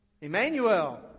Emmanuel